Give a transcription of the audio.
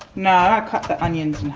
no, i cut the onions